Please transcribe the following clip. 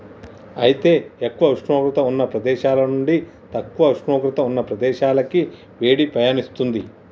అయితే ఎక్కువ ఉష్ణోగ్రత ఉన్న ప్రదేశాల నుండి తక్కువ ఉష్ణోగ్రత ఉన్న ప్రదేశాలకి వేడి పయనిస్తుంది